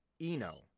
Eno